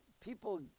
people